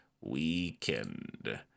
weekend